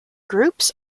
groups